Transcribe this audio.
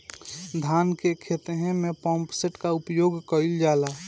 धान के ख़हेते में पम्पसेट का उपयोग कइल जाला?